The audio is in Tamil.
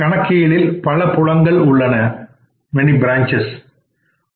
கணக்கியலில்பல பிரான்சஸ் உள்ளன